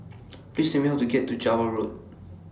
Please Tell Me How to get to Java Road